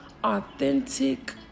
Authentic